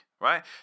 right